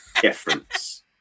difference